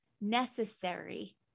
necessary